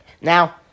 Now